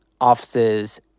offices